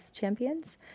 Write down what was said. champions